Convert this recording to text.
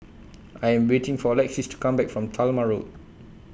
I Am waiting For Lexis to Come Back from Talma Road